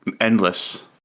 Endless